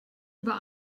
über